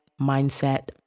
mindset